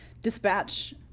dispatch